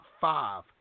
five